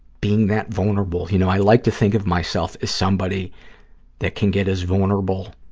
being that vulnerable. you know, i like to think of myself as somebody that can get as vulnerable